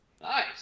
Nice